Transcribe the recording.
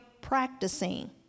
practicing